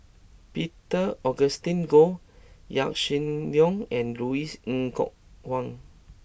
Peter Augustine Goh Yaw Shin Leong and Louis Ng Kok Kwang